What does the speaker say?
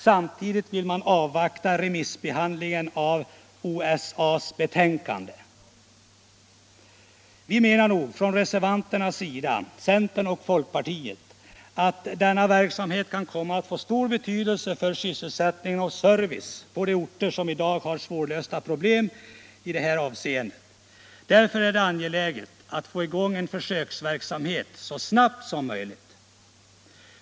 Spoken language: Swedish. Samtidigt vill man avvakta remissbehandlingen av OSA:s betänkande. Vi reservanter från centern och folkpartiet menar att denna verksamhet kan komma att få stor betydelse för sysselsättning och service på de orter som i dag har svårlösta problem i det avseendet. Därför är det angeläget att få i gång en försöksverksamhet så snabbt som möjligt.